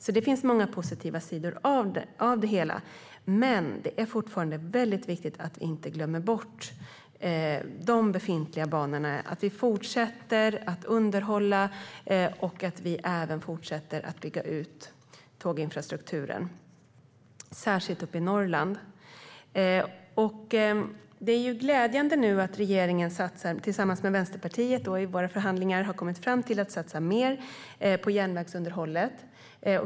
Det finns alltså många positiva sidor av det hela, men det är fortfarande viktigt att vi inte glömmer bort de befintliga banorna utan fortsätter att underhålla och även fortsätter att bygga ut tåginfrastrukturen. Det gäller särskilt uppe i Norrland. Det är glädjande att regeringen i förhandlingarna med Vänsterpartiet har kommit fram till att satsa mer på järnvägsunderhållet.